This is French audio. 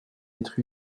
être